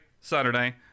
saturday